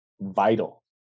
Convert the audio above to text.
vital